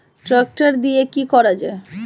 Tractor দিয়ে কি করা যায়?